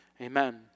amen